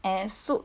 and soup